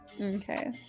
Okay